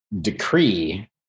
decree